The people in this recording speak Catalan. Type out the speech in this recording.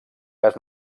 gas